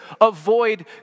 avoid